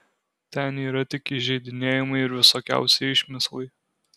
ten yra tik įžeidinėjimai ir visokiausi išmislai